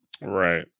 Right